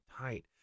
tight